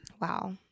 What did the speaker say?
Wow